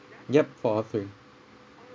yup for all three